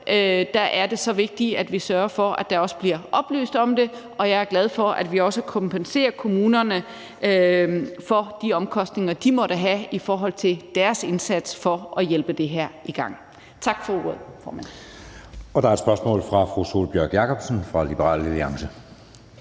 her er det netop vigtigt, at vi sørger for, at der også bliver oplyst om det, og jeg er glad for, at vi også kompenserer kommunerne for de omkostninger, de måtte have i forbindelse med deres indsats for at hjælpe det her i gang. Tak for ordet.